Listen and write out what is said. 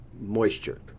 moisture